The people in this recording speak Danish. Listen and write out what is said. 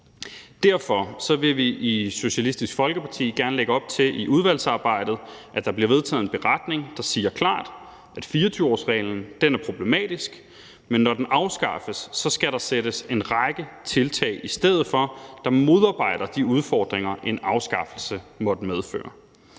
Derfor vil vi i Socialistisk Folkeparti gerne lægge op til i udvalgsarbejdet, at der bliver vedtaget en beretning, der siger klart, at 24-årsreglen er problematisk, men når den afskaffes, skal der sættes en række tiltag i stedet for, der modarbejder de udfordringer, som en afskaffelse måtte medføre.